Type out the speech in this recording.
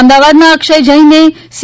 અમદાવાદના અક્ષય જૈને સી